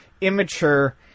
immature